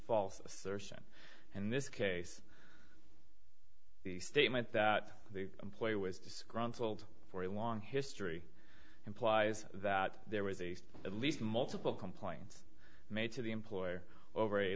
false assertion and this case the statement that the employer was disgruntled for a long history implies that there was a at least multiple complaints made to the employer over a